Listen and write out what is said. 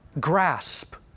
Grasp